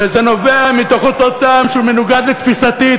וזה נובע מתוך אותו טעם שמנוגד לתפיסתי,